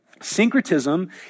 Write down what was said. Syncretism